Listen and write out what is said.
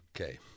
Okay